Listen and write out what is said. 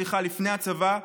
לפני הצבא,